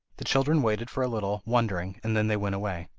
the children waited for a little, wondering, and then they went away.